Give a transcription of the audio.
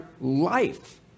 life